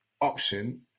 option